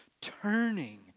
Turning